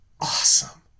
awesome